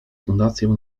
fundację